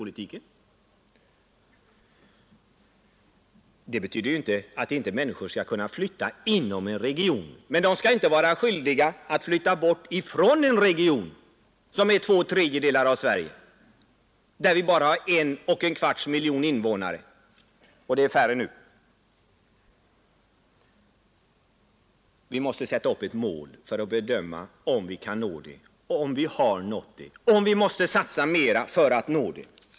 Detta betyder emellertid inte att människor inte skulle kunna flytta inom en region, men de skall inte vara skyldiga att flytta bort från en region, som upptar två tredjedelar av Sveriges yta, där vi som sagt då hade 1 1/4 miljon invånare. Vi måste sätta upp ett mål för att bedöma om vi har nått det, eller om vi måste satsa mera för att nå det.